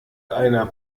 einer